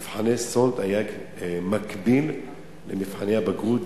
עד 2004 מבחני סאלד היו מקבילים למבחני הבגרות,